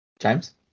James